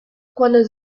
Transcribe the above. cuando